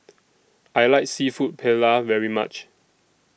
I like Seafood Paella very much